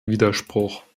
widerspruch